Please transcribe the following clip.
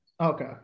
Okay